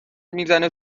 میزنه